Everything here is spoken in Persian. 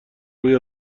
روی